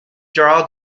draw